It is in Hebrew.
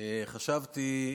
חשבתי,